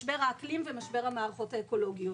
משבר האקלים ומשבר המערכות האקולוגיות.